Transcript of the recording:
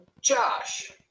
Josh